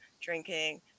drinking